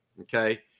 Okay